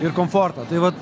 ir komfortą tai vat